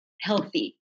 healthy